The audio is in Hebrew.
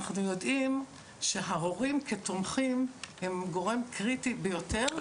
אנחנו יודעים שההורים כתומכים הם גורם קריטי ביותר,